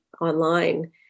online